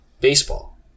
baseball